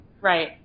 Right